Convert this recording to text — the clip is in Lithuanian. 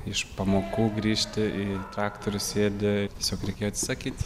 iš pamokų grįžti į trauktorių sėdi tiesiog reikėjo atsakyt